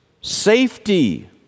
safety